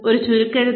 ഒരു ചുരുക്കെഴുത്ത്